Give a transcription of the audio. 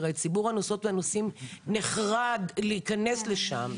הרי ציבור הנוסעות והנוסעים נחרד להיכנס לשם,